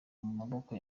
maboko